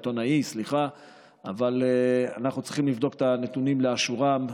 אבל אנחנו צריכים לבדוק את הנתונים לאשורם,